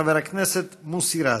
חבר הכנסת מוסי רז.